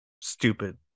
stupid